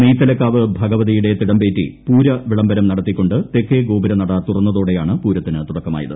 നെയ്തലക്കാവ് ഭഗവതിയുടെ തിടമ്പേറ്റി പൂരവിളംബരം നടത്തിക്കൊണ്ട് തെക്കേ ഗോപുരനട തുറന്നതോടെയാണ് പൂരത്തിന് തുടക്കമായത്